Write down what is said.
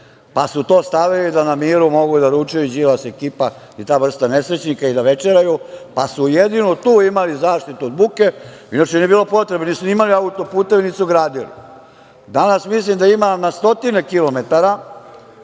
pa su to stavili da na miru mogu da ručaju Đilas ekipa i ta vrsta nesrećnika i da večeraju, pa su jedino tu imali zaštitu od buke, inače nije potrebe nisu ni imali auto-puteve niti su gradili. Danas, mislim da ima na stotine kilometara